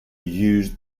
used